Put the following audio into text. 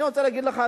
אני רוצה להגיד לך,